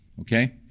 okay